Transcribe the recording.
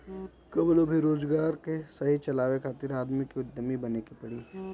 कवनो भी रोजगार के सही चलावे खातिर आदमी के उद्यमी बने के पड़ी